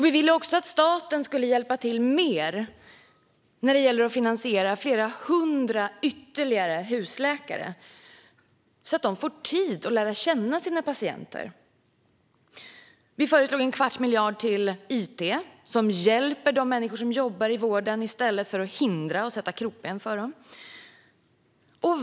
Vi vill också att staten ska hjälpa till mer när det gäller att finansiera flera hundra ytterligare husläkare, så att de får tid att lära känna sina patienter. Vi föreslog en kvarts miljard till it som hjälper de människor som jobbar i vården i stället för att hindra dem och sätta krokben för dem.